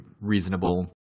reasonable